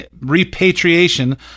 repatriation